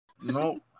No